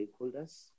stakeholders